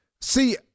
See